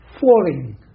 falling